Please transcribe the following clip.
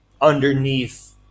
underneath